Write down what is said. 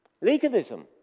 Legalism